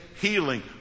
healing